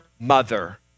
mother